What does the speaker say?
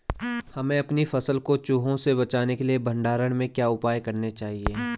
हमें अपनी फसल को चूहों से बचाने के लिए भंडारण में क्या उपाय करने चाहिए?